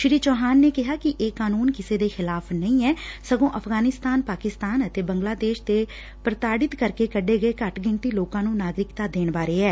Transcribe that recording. ਸ੍ਰੀ ਚੌਹਾਨ ਨੇ ਕਿਹਾ ਕਿ ਇਹ ਕਾਨੰਨ ਕਿਸੇ ਦੇ ਖਿਲਾਫ਼ ਨਹੀ ਐ ਸਗੋ ਅਫ਼ਗਾਨਿਸਤਾਨ ਪਾਕਿਸਤਾਨ ਅਤੇ ਬੰਗਲਾਦੇਸ਼ ਦੇ ਪੁਤਾਡਿਤ ਕਰਕੇ ਕੱਢੇ ਗਏ ਘੱਟ ਗਿਣਤੀ ਲੋਕਾ ਨੂੰ ਨਾਗਰਿਕਤਾ ਦੇਣ ਬਾਰੇ ਐ